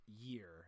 year